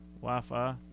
Wi-Fi